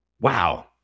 Wow